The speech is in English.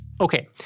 Okay